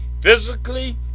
physically